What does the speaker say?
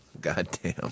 Goddamn